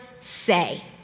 say